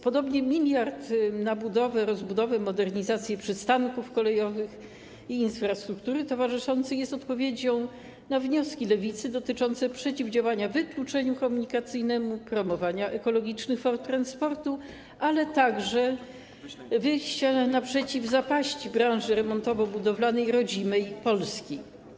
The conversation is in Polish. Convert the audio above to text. Podobnie 1 mld na budowę, rozbudowę, modernizację przystanków kolejowych i infrastruktury towarzyszącej jest odpowiedzią na wnioski Lewicy dotyczące przeciwdziałania wykluczeniu komunikacyjnemu, promowania ekologicznych form transportu, ale także wyjściem naprzeciw zapaści branży remontowo-budowlanej rodzimej, Polski.